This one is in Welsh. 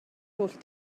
holl